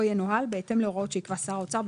ינוהל בהתאם להוראות שיקבע שר האוצר,